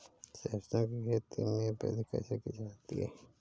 सरसो की खेती में वृद्धि कैसे की जाती है?